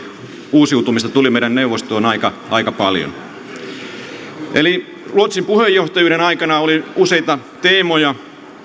uusiutumista tuli meidän neuvostoon aika aika paljon ruotsin puheenjohtajuuden aikana oli useita teemoja